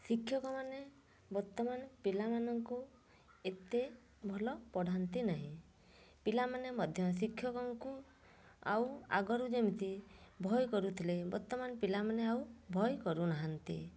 ଶିକ୍ଷକମାନେ ବର୍ତ୍ତମାନ ପିଲାମାନଙ୍କୁ ଏତେ ଭଲ ପଢ଼ାନ୍ତି ନାହିଁ ପିଲାମାନେ ମଧ୍ୟ ଶିକ୍ଷକଙ୍କୁ ଆଉ ଆଗରୁ ଯେମିତି ଭୟ କରୁଥିଲେ ବର୍ତ୍ତମାନ ପିଲାମାନେ ଆଉ ଭୟ କରୁନାହାନ୍ତି